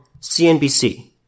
CNBC